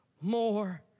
more